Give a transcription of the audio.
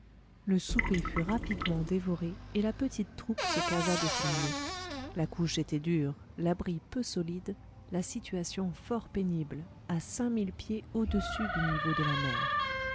le souper fut rapidement dévoré et la petite troupe se casa de son mieux la couche était dure l'abri peu solide la situation fort pénible à cinq mille pieds au-dessus du niveau de la mer